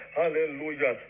hallelujah